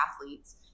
athletes